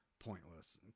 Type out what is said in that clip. pointless